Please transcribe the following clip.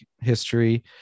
history